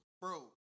Bro